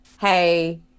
hey